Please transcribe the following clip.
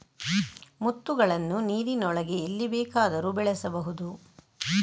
ಮುತ್ತುಗಳನ್ನು ನೀರಿನೊಳಗೆ ಎಲ್ಲಿ ಬೇಕಾದರೂ ಬೆಳೆಸಬಹುದು